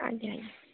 ଆଜ୍ଞା ଆଜ୍ଞା